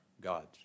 God's